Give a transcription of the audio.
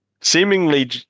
seemingly